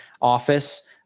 office